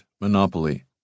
Monopoly